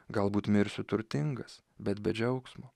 galbūt mirsiu turtingas bet be džiaugsmo